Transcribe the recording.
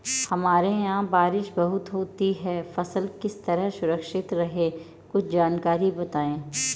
हमारे यहाँ बारिश बहुत होती है फसल किस तरह सुरक्षित रहे कुछ जानकारी बताएं?